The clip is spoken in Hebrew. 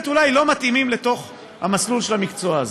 אולי לא מתאימים למסלול של המקצוע הזה.